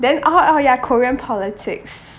then oh oh ya korean politics